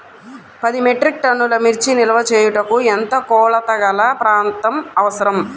పది మెట్రిక్ టన్నుల మిర్చి నిల్వ చేయుటకు ఎంత కోలతగల ప్రాంతం అవసరం?